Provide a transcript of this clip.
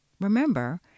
Remember